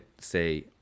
say